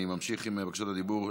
אני ממשיך עם בקשות הדיבור.